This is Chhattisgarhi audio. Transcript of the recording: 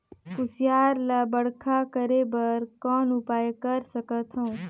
कुसियार ल बड़खा करे बर कौन उपाय कर सकथव?